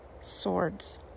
swords